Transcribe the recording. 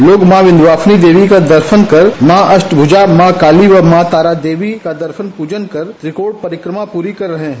लोग मॉ विन्ध्यवासिनी देवी का दर्शन कर मॉ अष्टभूजा मॉ काली व मॉ तारा देवी दर्शन पूजन कर त्रिकोण परिकमा पूरी कर रहे हैं